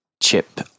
chip